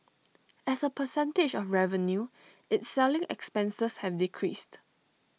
as A percentage of revenue its selling expenses have decreased